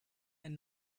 ein